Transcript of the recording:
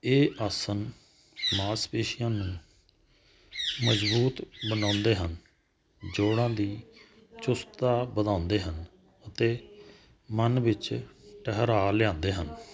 ਇਹ ਆਸਨ ਮਾਸਪੇਸ਼ੀਆਂ ਨੂੰ ਮਜਬੂਤ ਬਣਾਉਂਦੇ ਹਨ ਜੋੜਾਂ ਦੀ ਚੁਸਤਾ ਵਧਾਉਂਦੇ ਹਨ ਅਤੇ ਮਨ ਵਿੱਚ ਠਹਿਰਾ ਲਿਆਂਦੇ ਹਨ